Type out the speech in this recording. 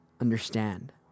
understand